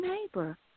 neighbor